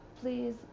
please